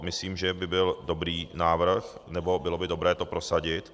Myslím, že to by byl dobrý návrh, nebo bylo by dobré to prosadit.